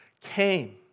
came